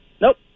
Nope